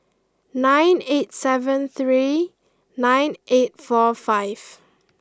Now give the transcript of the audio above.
nine eight seven three nine eight four five